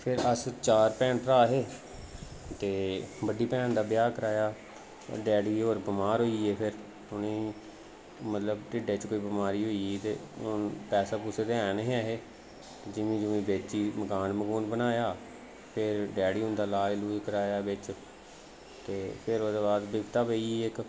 ते फ्ही अस चार भैन भ्राऽ हे ते बड्डी भैन दा ब्याह कराया डैडी होर बमार होई गे फ्ही उ'ने ईं मतलब ढिड्डै च कोई बमारी होई ते हुन पैसे पूसे ते ऐ निं ऐहे जमीन जमून बेची मकान मकून बनाया ते डैडी हुंदा लाज लूज कराया बिच ते फ्ही ओह्दे बाद बिपता पेई इक